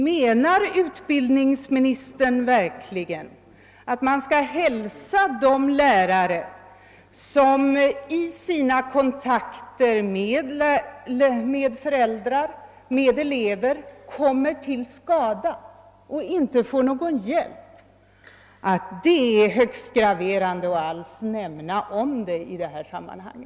Menar utbildningsministern verkligen att man skall hälsa de lärare, som i sina kontakter med föräldrar eller elever kommer till skada och inte får någon hjälp, med att det skulle vara högst graverande att alls nämna sådant i detta sammanhang?